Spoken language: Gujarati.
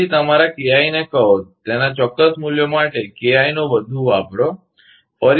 તેથી તમારા KI ને કહો તેના ચોક્કસ મૂલ્યો માટે KI નો વધુ વધારો